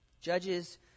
Judges